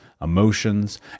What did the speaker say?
emotions